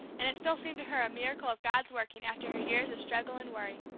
and it still seemed to her a miracle of god's working, after her years of struggle and worry.